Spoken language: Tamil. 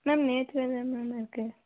மேம் நேற்றிலருந்து தான் மேம் இருக்குது